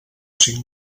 cinc